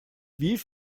wie